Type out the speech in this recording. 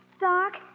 Doc